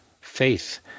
Faith